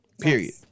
period